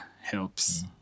helps